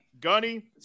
Gunny